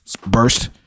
burst